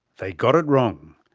they got it wrong.